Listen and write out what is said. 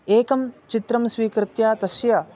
एकं चित्रं स्वीकृत्य तस्य